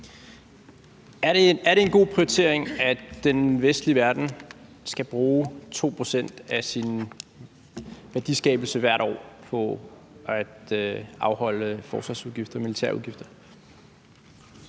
Er det en god prioritering, at den vestlige verden skal bruge 2 pct. af sin værdiskabelse hvert år på at afholde forsvarsudgifter, militærudgifter?